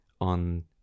on